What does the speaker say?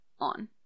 on